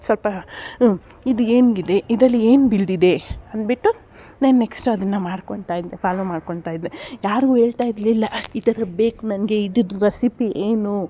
ಸ್ವಲ್ಪ ಹ್ಞೂ ಇದು ಹೆಂಗಿದೆ ಇದರಲ್ಲಿ ಏನು ಬಿದ್ದಿದೆ ಅನ್ಬಿಟ್ಟು ನಾನು ನೆಕ್ಸ್ಟ್ ಅದನ್ನು ಮಾಡ್ಕೊತ ಇದ್ದೆ ಫಾಲೋ ಮಾಡ್ಕೊತ ಇದ್ದೆ ಯಾರಿಗೂ ಹೇಳ್ತಾ ಇರಲಿಲ್ಲ ಈ ಥರದ್ದು ಬೇಕು ನನಗೆ ಇದು ರೆಸಿಪಿ ಏನು